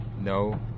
No